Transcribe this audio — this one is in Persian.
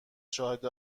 شاهد